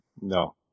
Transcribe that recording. No